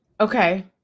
okay